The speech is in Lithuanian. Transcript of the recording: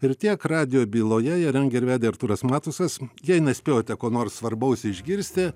ir tiek radijo byloje ją rengė ir vedė artūras matusas jei nespėjote ko nors svarbaus išgirsti